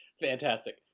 fantastic